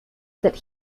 that